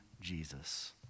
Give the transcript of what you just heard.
Jesus